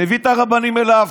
מביא את הרבנים אליו,